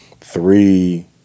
Three